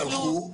אז משהלכו,